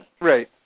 Right